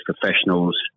professionals